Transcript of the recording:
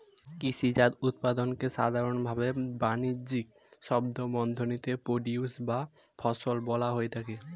কৃষিজাত উৎপাদনকে সাধারনভাবে বানিজ্যিক শব্দবন্ধনীতে প্রোডিউসর বা ফসল বলা হয়ে থাকে